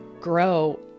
grow